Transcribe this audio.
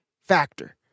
Factor